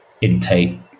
intake